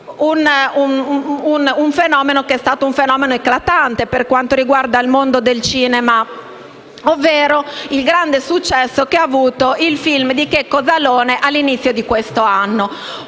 come esempio un fenomeno eclatante per quanto riguarda il mondo del cinema, ovvero il grande successo che ha avuto il film di Checco Zalone all’inizio di quest’anno.